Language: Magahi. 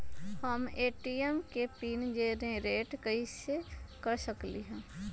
हम ए.टी.एम के पिन जेनेरेट कईसे कर सकली ह?